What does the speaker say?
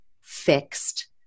fixed